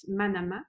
manama